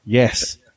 Yes